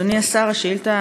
אדוני השר, השאילתה